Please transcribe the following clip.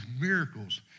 miracles